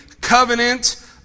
covenant